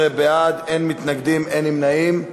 18 בעד, אין מתנגדים, אין נמנעים.